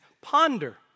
ponder